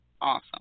awesome